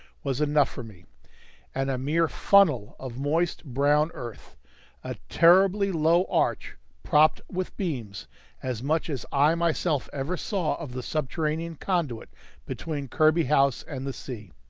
was enough for me and a mere funnel of moist brown earth a terribly low arch propped with beams as much as i myself ever saw of the subterranean conduit between kirby house and the sea.